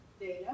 data